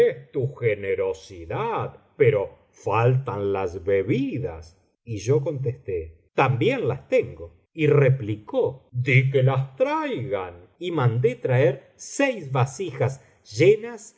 tu generosidad pero faltan las bebidas y yo contesté también las tengo y replicó di que las traigan y mandé traer seis vasijas llenas